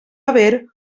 haver